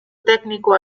tecnico